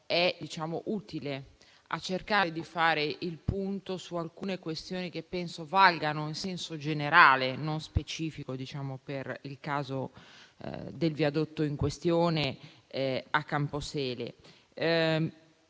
utile per cercare di fare il punto su alcune questioni che penso valgano in senso generale, non specifico per il caso del viadotto in questione a Caposele.